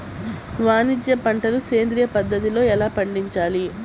వాణిజ్య పంటలు సేంద్రియ పద్ధతిలో ఎలా పండించాలి?